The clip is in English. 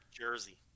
Jersey